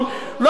לא פחדת,